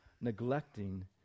neglecting